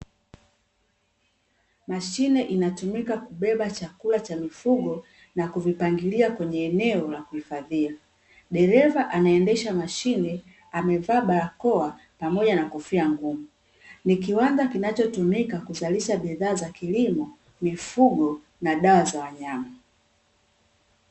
Mashine inatumika kubeba chakula cha mifugo, na kuvipangilia kwenye eneo la kuhifadhia. Dereva anaendesha mashine amevaa barakoa pamoja na kofia ngumu, ni kiwanda kinachotumika kuzalisha bidhaa za kilimo mifugo na dawa za wanyama.